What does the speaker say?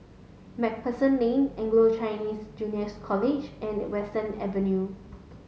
MacPherson Lane Anglo Chinese Juniors College and Western Avenue